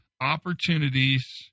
opportunities